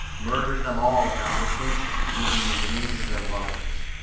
murders them all without distinction, even in the wombs of their mothers.